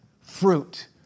fruit